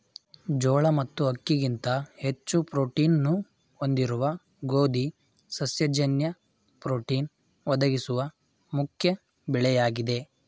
ಜೋಳ ಮತ್ತು ಅಕ್ಕಿಗಿಂತ ಹೆಚ್ಚು ಪ್ರೋಟೀನ್ನ್ನು ಹೊಂದಿರುವ ಗೋಧಿ ಸಸ್ಯ ಜನ್ಯ ಪ್ರೋಟೀನ್ ಒದಗಿಸುವ ಮುಖ್ಯ ಬೆಳೆಯಾಗಿದೆ